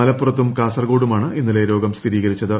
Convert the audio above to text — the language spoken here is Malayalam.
മലപ്പുറത്തും കാസർകോടുമാണ് ഇന്നലെ രോഗം സ്ഥിരീകരിച്ചത്